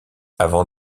avant